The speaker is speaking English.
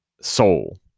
soul